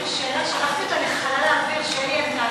ההצעה לכלול את הנושא בסדר-היום של הכנסת נתקבלה.